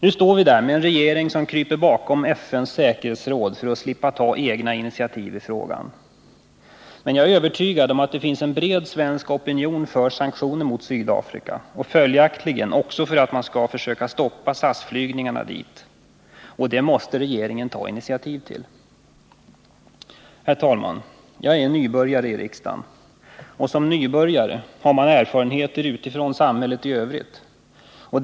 Nu står vi där med en regering som kryper bakom FN:s säkerhetsråd för att slippa ta egna initiativ i frågan. Jag är övertygad om att det finns en bred svensk opinion för sanktioner mot Sydafrika och följaktligen också för att man skall försöka stoppa SAS flygningarna dit. Detta måste regeringen ta initiativ till. Herr talman! Jag är nybörjare i riksdagen. Som nybörjare har man erfarenheter från samhället utanför riksdagen.